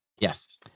yes